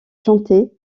chanter